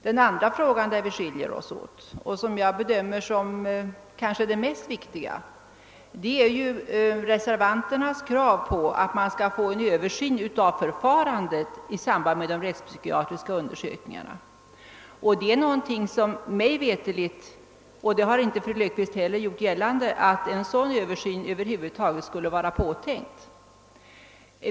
Den andra frågan beträffande vilken vi har skiljaktiga uppfattningar och vilken jag bedömer som den kanske mest viktiga, är reservanternas krav på en översyn av förfarandet i samband med de rättspsykiatriska undersökningarna. Mig veterligt är en sådan översyn över huvud taget inte påtänkt, och fru Löfqvist har såvitt jag vet inte heller gjort gällande att så skulle vara fallet.